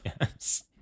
Yes